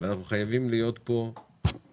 אנחנו חייבים להיות פה כחסם,